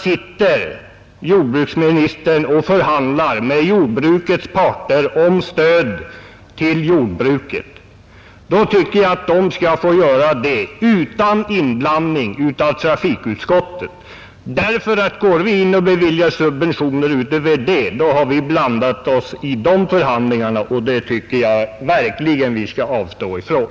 Sitter jordbruksministern och förhandlar med jordbrukets parter om stöd till jordbruket, då skall man enligt min mening få göra det utan inblandning av trafikutskottet. Går vi in och beviljar subventioner utöver det, har vi blandat oss i dessa förhandlingar, och det tycker jag verkligen vi skall avstå från.